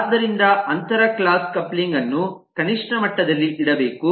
ಆದ್ದರಿಂದ ಅಂತರ class coupling ಅನ್ನು ಕನಿಷ್ಠ ಮಟ್ಟದಲ್ಲಿ ಇಡಬೇಕು